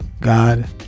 God